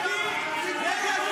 בושה, בושה וחרפה.